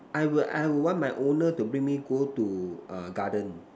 I will I will want my owner to bring me go to ah garden